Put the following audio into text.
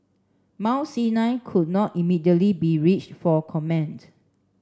Mount Sinai could not immediately be reached for comment